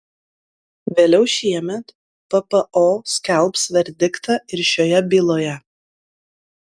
vėliau šiemet ppo skelbs verdiktą ir šioje byloje